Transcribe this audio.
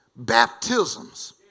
baptisms